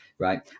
Right